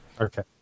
okay